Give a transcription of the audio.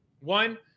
one